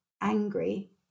angry